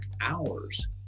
hours